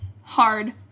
Hard